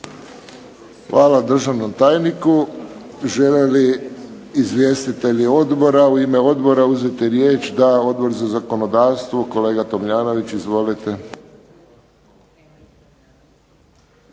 Hvala državnom tajniku. Žele li izvjestitelji odbora u ime odbora uzeti riječ? Da. Odbor za zakonodavstvo, kolega Tomljanović. Izvolite.